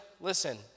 listen